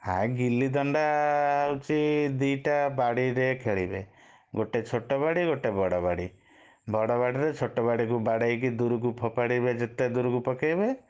ଆଉ ଗିଲି ଦଣ୍ଡା ହେଉଛି ଦୁଇଟା ବାଡ଼ିରେ ଖେଳିବେ ଗୋଟେ ଛୋଟ ବାଡି ଗୋଟେ ବଡ଼ ବାଡ଼ି ବଡ଼ ବାଡ଼ିରେ ଛୋଟ ବାଡ଼ିକୁ ବାଡ଼େଇକି ଦୂରକୁ ଫୋପାଡ଼ିବେ ଯେତେ ଦୂରକୁ ପକେଇବେ